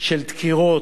של דקירות,